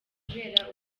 kubera